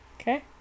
Okay